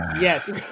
Yes